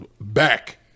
back